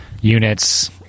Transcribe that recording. units